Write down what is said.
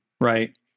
right